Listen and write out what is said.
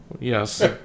Yes